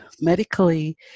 medically